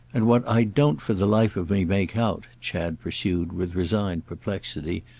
and what i don't for the life of me make out, chad pursued with resigned perplexity,